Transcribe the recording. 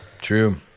true